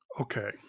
Okay